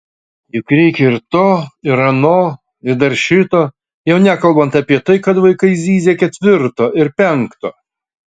juk reikia ir to ir ano ir dar šito jau nekalbant apie tai kad vaikai zyzia ketvirto ir penkto